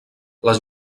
les